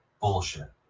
bullshit